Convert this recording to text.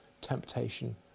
temptation